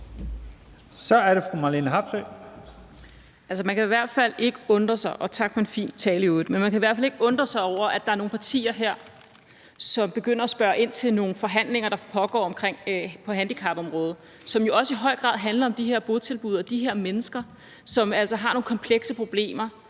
for en fin tale. Man kan i hvert fald ikke undre sig over, at der er nogle partier her, som begynder spørge ind til nogle forhandlinger, der pågår på handicapområdet, som jo også i høj grad handler om de her botilbud og de her mennesker, som altså har nogle komplekse problemer,